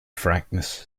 frankness